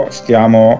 stiamo